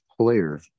player